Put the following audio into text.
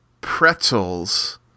pretzels